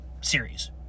series